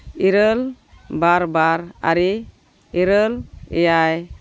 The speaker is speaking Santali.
ᱤᱨᱟᱹᱞ ᱵᱟᱨ ᱵᱟᱨ ᱟᱨᱮ ᱤᱨᱟᱹᱞ ᱮᱭᱟᱭ